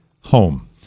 home